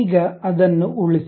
ಈಗ ಅದನ್ನು ಉಳಿಸಿ